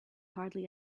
hardly